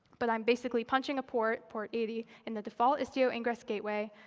but i'm basically punching a port, port eighty and the default istio ingress gateway,